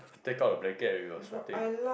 take out the blanket when you are sweating